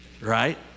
right